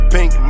Pink